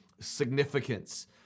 significance